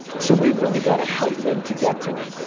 so we've really got to help them to get to it,